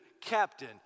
captain